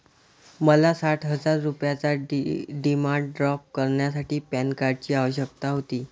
मला साठ हजार रुपयांचा डिमांड ड्राफ्ट करण्यासाठी पॅन कार्डची आवश्यकता होती